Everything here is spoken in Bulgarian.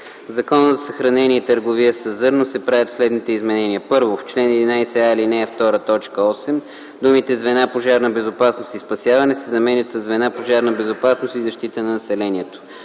Закона за съхранение и търговия със зърно се правят следните изменения: 1. В чл. 11а, ал. 2, т. 8 думите „звена „Пожарна безопасност и спасяване” се заменят със „звена „Пожарна безопасност и защита на населението”.